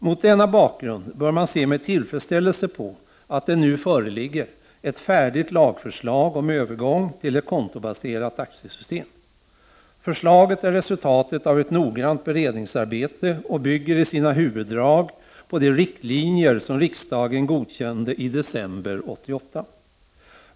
Mot denna bakgrund bör man se med tillfredsställelse på att det nu föreligger ett färdigt lagförslag om övergång till ett kontobaserat aktiesystem. Förslaget är resultatet av ett noggrant beredningsarbete och bygger i sina huvuddrag på de riktlinjer som riksdagen godkände i december 1988.